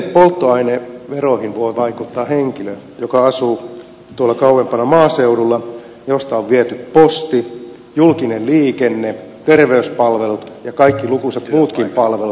miten polttoaineveroihin voi vaikuttaa henkilö joka asuu tuolla kauempana maaseudulla josta on viety posti julkinen liikenne terveyspalvelut ja kaikki lukuisat muutkin palvelut työpaikat